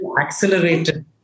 accelerated